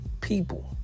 people